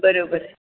बरोबर